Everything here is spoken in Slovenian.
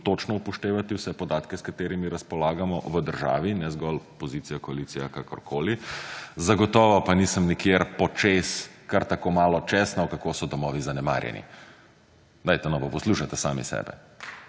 točno upoštevati vse podatke s katerimi razpolagamo v državi ne zgolj pozicija, koalicija, kakorkoli, zagotovo pa nisem nikjer počez kar tako malo / nerazumljivo/ kako so domovi zanemarjeni. Dajte no, poslušajte sami sebe.